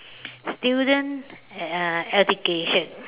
student uh education